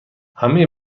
همه